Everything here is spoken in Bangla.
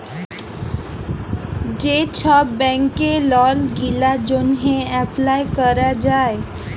যে ছব ব্যাংকে লল গিলার জ্যনহে এপ্লায় ক্যরা যায়